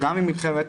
גם ממלחמת